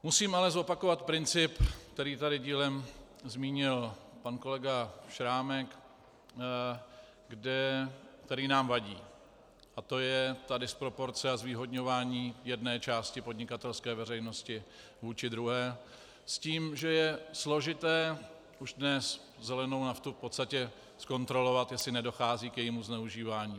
Musím ale zopakovat princip, který tady dílem zmínil pan kolega Šrámek, který nám vadí, a to je ta disproporce a zvýhodňování jedné části podnikatelské veřejnosti vůči druhé s tím, že je složité už dnes zelenou naftu zkontrolovat, jestli nedochází k jejímu zneužívání.